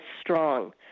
strong